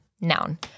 noun